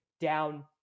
down